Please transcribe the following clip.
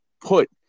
Put